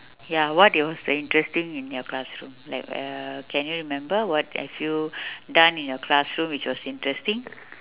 ya what was the interesting in your classroom like uh can you remember what have you done in your classroom which was interesting